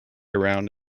around